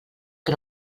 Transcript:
que